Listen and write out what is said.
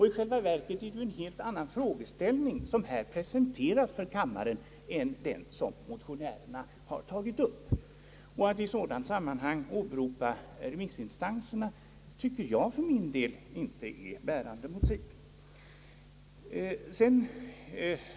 I själva verket är det en helt annan frågeställning, som utskottet här presenterar för kammaren, än den som motionärerna har tagit upp; och att i sådant sammanhang åberopa remissinstanserna tycker jag för min del inte har bärande motiv.